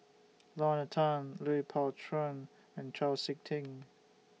Lorna Tan Lui Pao Chuen and Chau Sik Ting